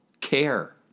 care